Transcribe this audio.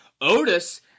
Otis